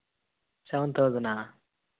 seven thousand